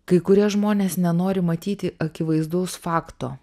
kai kurie žmonės nenori matyti akivaizdaus fakto